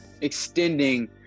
extending